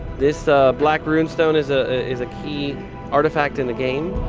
this black runestone is ah is a key artifact in the game,